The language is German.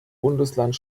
bundesland